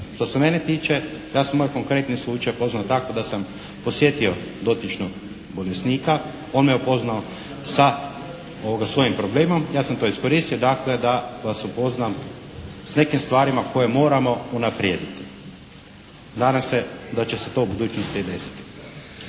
Što se mene tiče, ja sam moj konkretan slučaj upoznao tako da sam posjetio dotičnog bolesnika, on me upoznao sa svojim problemom, ja sam to iskoristio dakle da vas upoznam s nekim stvarima koje moramo unaprijediti. Nadam se da će se to u budućnosti i desiti.